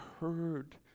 heard